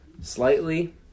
slightly